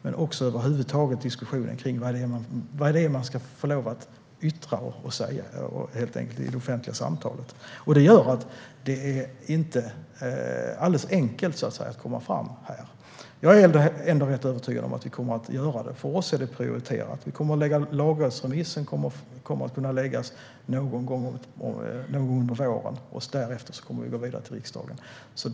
Det handlar också om diskussionen över huvud taget kring vad man ska få lov att yttra i det offentliga samtalet. Det gör att det inte är alldeles enkelt att komma fram här. Jag är ändå rätt övertygad om att vi kommer att göra det. För oss är det prioriterat. Lagrådsremissen kommer att kunna läggas fram någon gång under våren. Därefter kommer vi att gå vidare till riksdagen.